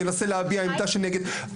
ינסה להביע עמדה שכנגד?